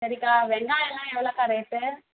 சரிக்கா வெங்காயம்லாம் எவ்வளோக்கா ரேட்டு